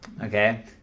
Okay